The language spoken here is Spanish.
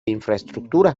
infraestructura